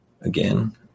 Again